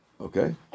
Okay